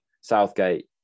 Southgate